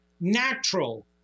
Natural